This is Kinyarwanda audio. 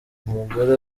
umugore